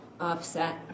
offset